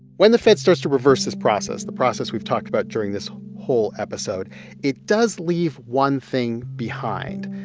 when the fed starts to reverse this process the process we've talked about during this whole episode it does leave one thing behind.